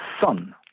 son